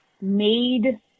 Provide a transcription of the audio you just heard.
made